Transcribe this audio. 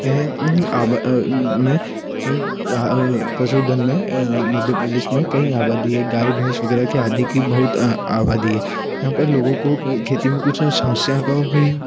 हैं में पशुधन में मध्य प्रदेश में कई आबादी है गाय भैंस वगैरह की आदि की बहुत आबादी है यहाँ पर लोगों को खेती में कुछ समस्या का भी